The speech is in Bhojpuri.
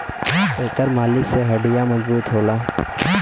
एकर मालिश से हड्डीयों मजबूत होला